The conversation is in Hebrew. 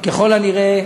ככל הנראה,